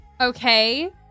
okay